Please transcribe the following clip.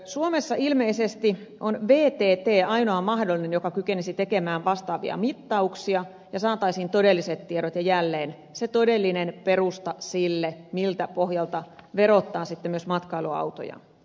suomessa ilmeisesti on vtt ainoa mahdollinen joka kykenisi tekemään vastaavia mittauksia ja josta saataisiin todelliset tiedot ja jälleen se todellinen perusta sille miltä pohjalta verotetaan matkailuautoja